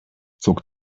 zog